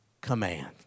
command